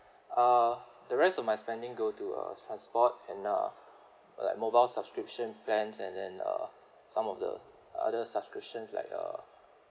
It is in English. uh the rest of my spending go to uh transport and uh like mobile subscription plans and then uh some of the other subscriptions like uh